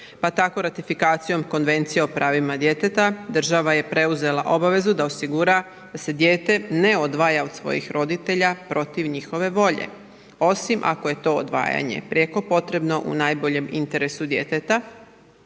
Pa tako ratifikacijom Konvencije o pravima djeteta, država je preuzela obavezu da osigura da se dijete ne odvaja od svojih roditelja protiv njihove volje, osim ako je to odvajanje prijeko potrebno u najboljem interesu djeteta,